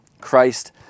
Christ